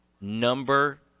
number